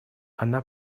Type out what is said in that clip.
она